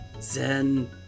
Zen